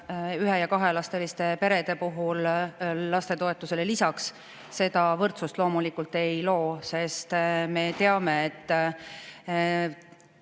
ühe‑ ja kahelapseliste perede puhul lastetoetusele lisaks seda võrdsust loomulikult ei loo, sest me teame, et